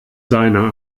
seine